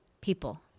people